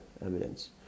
evidence